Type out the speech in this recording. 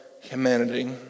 humanity